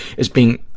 is being,